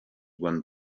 one